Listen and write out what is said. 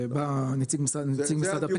בא נציג משרד הפנים,